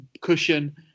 cushion